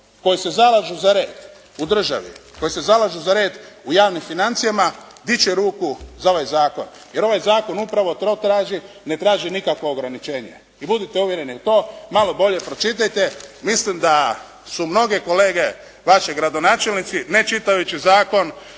koji se zalažu za red u državi, koji se zalažu za red u javnim financijama dići će ruku za ovaj zakon. Jer ovaj zakon upravo to traži. Ne traži nikakvo ograničenje. I budite uvjereni i to malo bolje pročitajte. Mislim da su mnoge kolege naši gradonačelnici ne čitajući zakon,